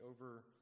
over